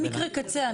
זה מקרה קצה.